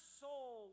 soul